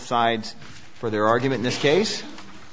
sides for their argument this case